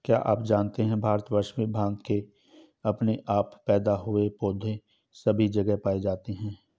क्या आप जानते है भारतवर्ष में भांग के अपने आप पैदा हुए पौधे सभी जगह पाये जाते हैं?